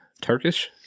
Turkish